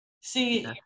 See